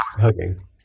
hugging